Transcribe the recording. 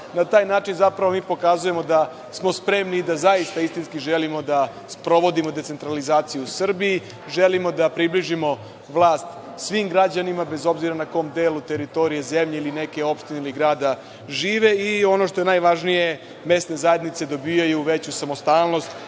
Na taj način, zapravo, mi pokazujemo da smo spremni da zaista istinski želimo da sprovodimo decentralizaciju u Srbiji, želimo da približimo vlast svim građanima, bez obzira na kom delu teritorije zemlje ili neke opštine ili grada žive i, ono što je najvažnije, mesne zajednice dobijaju veću samostalnost